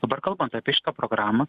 dabar kalbant apie šitą programą